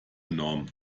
enorm